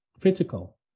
critical